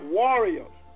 warriors